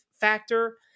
factor